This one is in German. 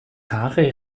haare